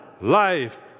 life